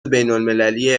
بینالمللی